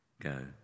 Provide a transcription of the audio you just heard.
Go